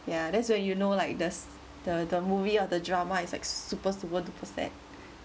yeah that's when you know like there's the the movie ah the drama is like super super duper sad